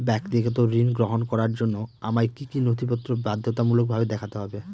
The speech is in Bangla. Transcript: ব্যক্তিগত ঋণ গ্রহণ করার জন্য আমায় কি কী নথিপত্র বাধ্যতামূলকভাবে দেখাতে হবে?